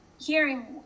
hearing